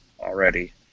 already